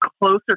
closer